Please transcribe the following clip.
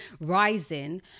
rising